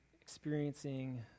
experiencing